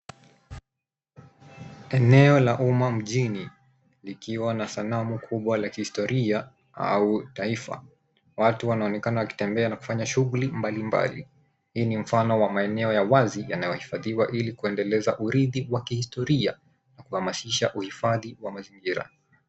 Eneo la umma mjini, likiwa na sanamu kubwa la kihistoria au taifa. Watu wanaonekana wakitembea na kufanya shughulu mbalimbali. Hii ni mfano wa maeneo ya wazi yanayohifadhiwa ili kuendeleza urithi wa kihistoria na kuhamasiamsha uhifadhi wa mazingira.